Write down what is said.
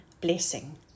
blessing